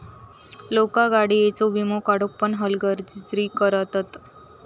लोका गाडीयेचो वीमो काढुक पण हलगर्जी करतत